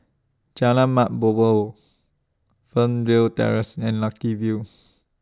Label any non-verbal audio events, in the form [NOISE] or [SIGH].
Jalan Mat Jambol Fernwood Terrace and Lucky View [NOISE]